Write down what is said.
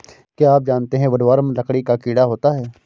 क्या आप जानते है वुडवर्म लकड़ी का कीड़ा होता है?